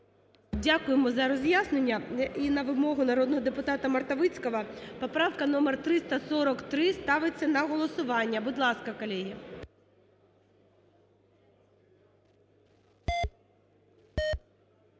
Дякуємо за роз'яснення. І на вимогу народного депутата Мартовицького поправка 343 ставиться на голосування. Будь ласка, колеги.